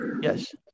Yes